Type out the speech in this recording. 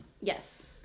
Yes